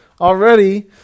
already